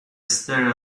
stare